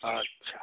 ଆଚ୍ଛା